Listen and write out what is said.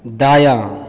दायाँ